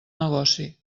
negoci